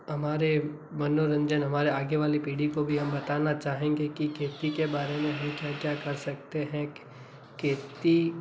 हमारे मनोरंजन हमारे आगे वाले पीढ़ी को भी हम बताना चाहेंगे कि खेती के बारे में भी हम क्या क्या कर सकते हैं खेती